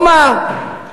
כלומר,